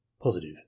Positive